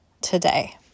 today